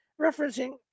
referencing